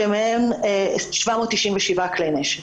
שמהם 797 כלי נשק.